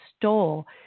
stole